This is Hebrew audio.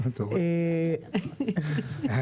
גם